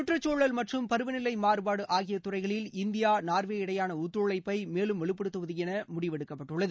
கற்றுக்சூழல் மற்றும் பருவநிலை மாறுபாடு ஆகிய துறைகளில் இந்தியா இடையேயான ஒத்துழைப்பை மேலும் வலுப்படுத்துவது என முடிவெடுக்கப்பட்டுள்ளது